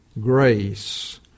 grace